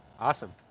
Awesome